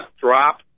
drop